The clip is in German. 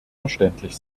verständlich